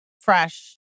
fresh